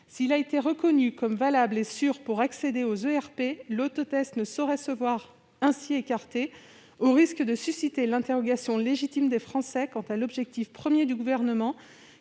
S'il a été reconnu comme valable et sûr pour accéder aux établissements recevant du public (ERP), l'autotest ne saurait se voir ainsi écarté, au risque de susciter l'interrogation légitime des Français quant à l'objectif premier du Gouvernement,